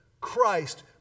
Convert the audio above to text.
Christ